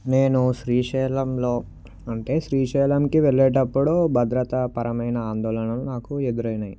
నేను శ్రీశైలంలో అంటే శ్రీశైలంకి వెళ్ళేటప్పుడు భద్రతాపరమైన ఆందోళనలు నాకు ఎదురయ్యాయి